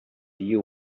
you